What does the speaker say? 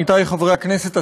עמיתי חברי הכנסת,